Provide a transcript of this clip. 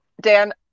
Dan